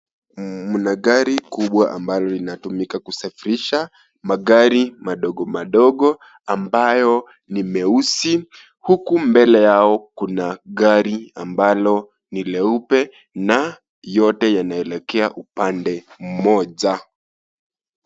Mna gari kubwa ambalo linatumika kusafirisha magari madogomadogo ambayo ni meusi. Huku mbele yao kuna gari ambalo ni leupe na yote yanaelekea upande mmoja.